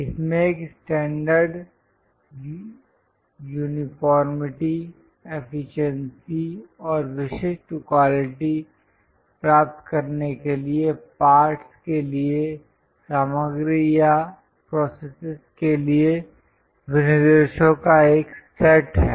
इसमें एक standard uniformity efficiency और विशिष्ट क्वालिटी प्राप्त करने के लिए पार्ट्स के लिए सामग्री या प्रोसेसेस के लिए विनिर्देशों का एक सेट है